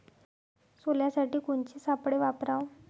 सोल्यासाठी कोनचे सापळे वापराव?